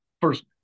first